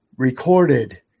recorded